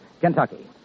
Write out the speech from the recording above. Kentucky